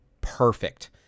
perfect